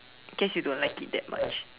guess you don't like it that much